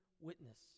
witness